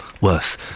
worth